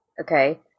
okay